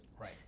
Right